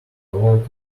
old